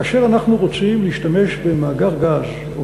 כאשר אנחנו רוצים להשתמש במאגר גז או